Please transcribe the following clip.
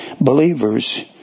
believers